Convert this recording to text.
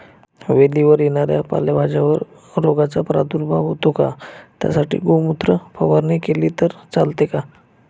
वेलीवर येणाऱ्या पालेभाज्यांवर रोगाचा प्रादुर्भाव होतो का? त्यासाठी गोमूत्र फवारणी केली तर चालते का?